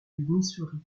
missouri